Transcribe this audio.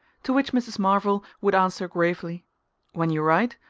to which mrs. marvell would answer gravely when you write,